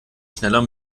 schneller